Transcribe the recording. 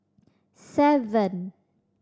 seven